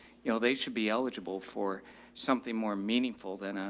you know, they should be eligible for something more meaningful than, ah